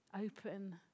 open